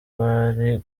bari